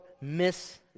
miss